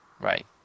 right